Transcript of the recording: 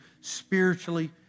spiritually